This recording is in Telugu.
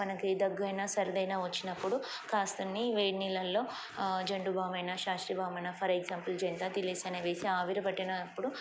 మనకి దగ్గయినా సరదైన వచ్చినప్పుడు కాస్తని వేడి నీళ్లల్లో జండుభామైన శాస్త్రీ బామైన ఫర్ ఎగ్జాంపుల్ జంత తిలేసి అనే వేసి ఆవిరి పట్టినప్పుడు